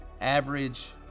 average